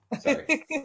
Sorry